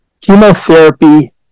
chemotherapy